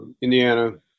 Indiana